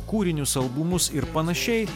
kūrinius albumus ir panašiai